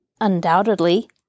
undoubtedly